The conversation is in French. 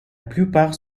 plupart